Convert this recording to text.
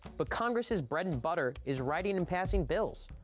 but congress's bread and butter is writing and passing bills.